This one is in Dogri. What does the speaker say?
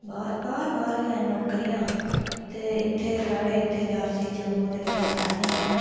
बाह्र बाह्र बाह्र गै न नौकरियां ते इत्थैं साढ़ै इत्थैं रियासी जम्मू ते किश ऐह् नी ऐ